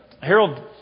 Harold